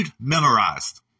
memorized